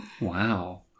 Wow